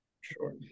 Sure